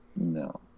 No